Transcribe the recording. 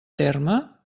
terme